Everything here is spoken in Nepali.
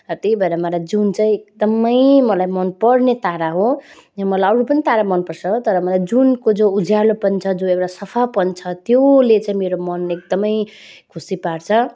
त्यही भएर मलाई जुन चाहिँ एकदमै मलाई मनपर्ने तारा हो यो मलाई अरू पनि तारा मनपर्छ तर मलाई जुनको जो उज्यालोपन छ जो एउटा सफापन छ त्यसले चाहिँ मेरो मन एकदमै खुसी पार्छ